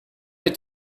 est